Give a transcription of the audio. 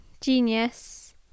Genius